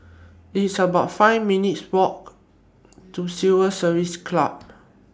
It's about five minutes' Walk to Civil Service Club